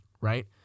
right